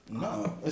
No